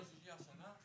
ב-1.6 השנה?